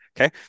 Okay